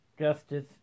justice